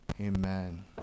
Amen